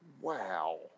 Wow